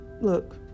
Look